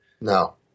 No